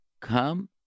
come